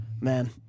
Man